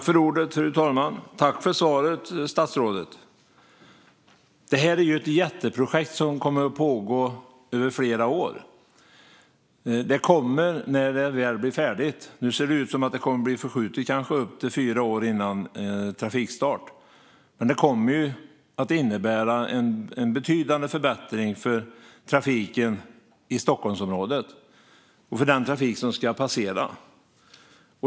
Fru talman! Tack för svaret, statsrådet! Det här är ett jätteprojekt som kommer att pågå över flera år. Nu ser det ut som att det blir förskjutet kanske upp till fyra år innan trafikstart. Men det kommer att innebära en betydande förbättring för trafiken i Stockholmsområdet och för den trafik som ska passera.